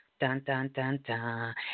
dun-dun-dun-dun